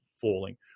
falling